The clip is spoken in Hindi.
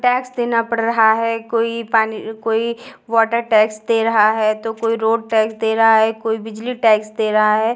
टैक्स देना पड़ रहा है कोई पानी कोई वाटर टैक्स दे रहा है तो कोई रोड टैक्स दे रहा है कोई बिजली टैक्स दे रहा है